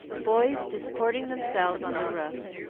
boys disporting themselves on the roof,